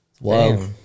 Wow